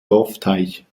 dorfteich